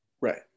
Right